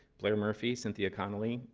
blair murphy, cynthia connelly,